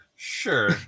Sure